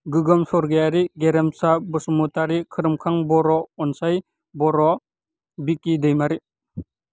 गोगोम सरगयारि गेरेम बसुमतारि खोरोमखां बर' अनसाय बर' बिकि दैमारि